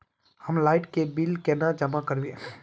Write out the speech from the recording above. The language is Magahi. हम लाइट के बिल केना जमा करबे?